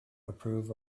approve